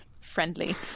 friendly